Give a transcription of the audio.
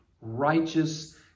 righteous